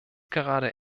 gerade